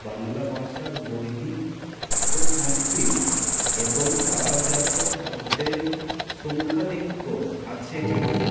বাংলা ভাষার বৈদিক ও সংস্কৃত এবং তা জাত শব্দের সংখ্যাধিক্য আছে ঠিকই